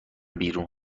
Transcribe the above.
بیرون